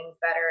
better